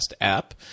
app